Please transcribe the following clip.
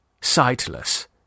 sightless